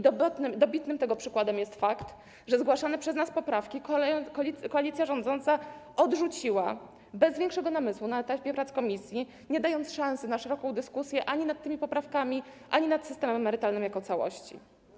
Dobitnym tego przykładem jest fakt, że zgłaszane przez nas poprawki koalicja rządząca odrzuciła bez większego namysłu na etapie prac komisji, nie dając szansy na szeroką dyskusję ani nad tymi poprawkami, ani nad systemem emerytalnym jako całością.